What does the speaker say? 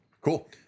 cool